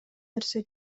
нерсе